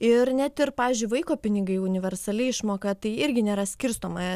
ir net ir pavyzdžiui vaiko pinigai universali išmoka tai irgi nėra skirstoma